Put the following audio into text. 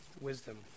wisdom